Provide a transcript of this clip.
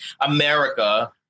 America